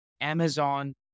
Amazon